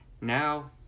Now